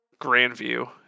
Grandview